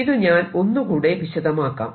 ഇത് ഞാൻ ഒന്നുകൂടെ വിശദമാക്കാം